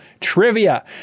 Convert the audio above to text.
trivia